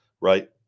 right